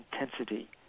intensity